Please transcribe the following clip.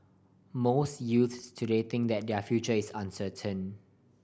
most youths today think that their future is uncertain